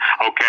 okay